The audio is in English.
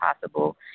possible